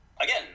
again